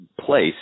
place